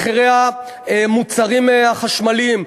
מחירי המוצרים החשמליים,